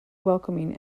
welcoming